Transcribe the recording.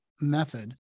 method